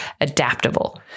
Adaptable